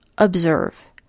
Observe